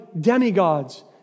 demigods